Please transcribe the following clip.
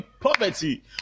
poverty